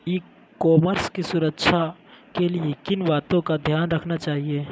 ई commerce की सुरक्षा के लिए किन बातों का ध्यान रखना चाहिए?